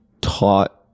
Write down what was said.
taught